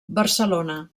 barcelona